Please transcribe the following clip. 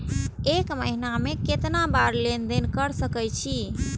एक महीना में केतना बार लेन देन कर सके छी?